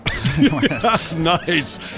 Nice